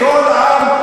רק ככה עם מחבלים.